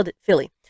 Philly